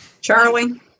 Charlie